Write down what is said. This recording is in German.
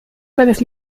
seines